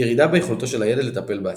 ירידה ביכולתו של הילד לטפל בעצמו.